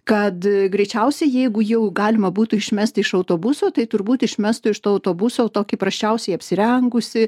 kad greičiausiai jeigu jau galima būtų išmesti iš autobuso tai turbūt išmestų iš to autobuso tokį prasčiausiai apsirengusį